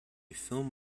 film